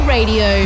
Radio